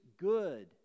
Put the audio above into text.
good